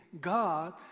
God